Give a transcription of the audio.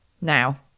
Now